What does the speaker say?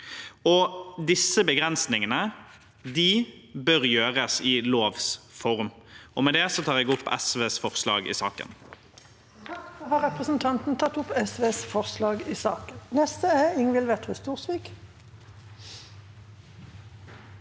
Og disse begrensningene bør gjøres i lovs form. Med det tar jeg opp forslaget i saken.